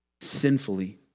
sinfully